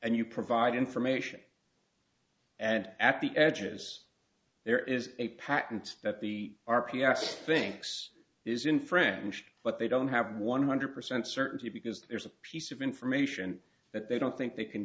and you provide information and at the edges there is a patent that the r p s thinks is in french but they don't have one hundred percent certainty because there's a piece of information that they don't think they can